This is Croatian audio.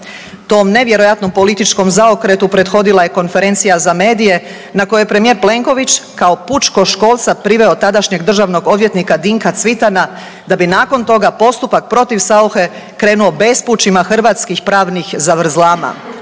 Tom nevjerojatno političkom preokretu prethodila je konferencija za medije, na kojoj premijer Plenković kao pučkoškolca priveo tadašnjeg državnog odvjetnika Dinka Cvitana, da bi nakon toga postupak protiv Sauche krenuo bespućima hrvatskih pravnih zavrzlama.